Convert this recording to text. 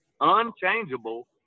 unchangeable